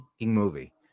movie